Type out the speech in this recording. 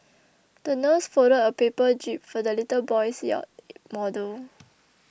the nurse folded a paper jib for the little boy's yacht model